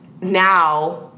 now